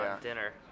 dinner